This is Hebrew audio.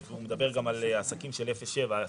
הוא מדבר גם על עסקים של אפס עד שבעה קילומטר.